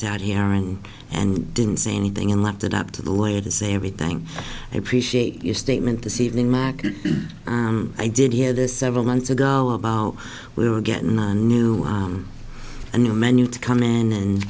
sat here and and didn't say anything and left it up to the lawyer to say everything i appreciate your statement this evening market i did hear this several months ago about we were getting new and new menu to come in and